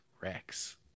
Rex